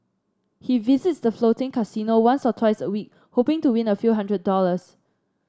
he visits the floating casino once or twice a week hoping to win a few hundred dollars